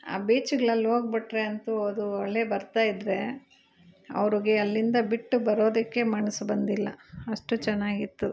ಆ ಬೀಚ್ಗ್ಳಲ್ಲಿ ಹೋಗ್ಬಿಟ್ರೆ ಅಂತೂ ಅದು ಅಲೆ ಬರ್ತಾಯಿದ್ರೆ ಅವ್ರಿಗೆ ಅಲ್ಲಿಂದ ಬಿಟ್ಟು ಬರೋದಕ್ಕೆ ಮನಸು ಬಂದಿಲ್ಲ ಅಷ್ಟು ಚೆನ್ನಾಗಿತ್ತು